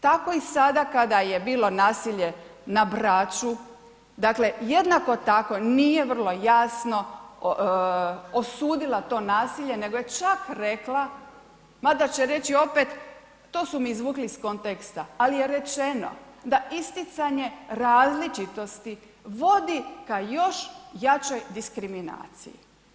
Tako i sada kada je bilo nasilje na Braču, dakle jednako tako nije vrlo jasno osudila to nasilje nego je čak rekla, mada će reći opet to su mi izvukli iz konteksta, ali je rečeno, da isticanje različitosti vodi ka još jačoj diskriminaciji.